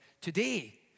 today